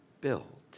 built